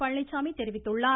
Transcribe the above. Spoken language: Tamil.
பழனிச்சாமி தெரிவித்துள்ளார்